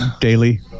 daily